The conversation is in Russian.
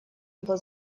его